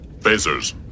phasers